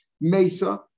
Mesa